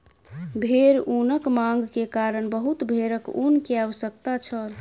भेड़ ऊनक मांग के कारण बहुत भेड़क ऊन के आवश्यकता छल